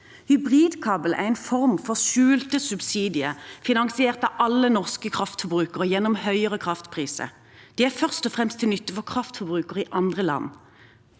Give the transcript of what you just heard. Hybridkabel er en form for skjulte subsidier, finansiert av alle norske kraftforbrukere gjennom høyere kraftpriser. De er først og fremst til nytte for kraftforbrukere i andre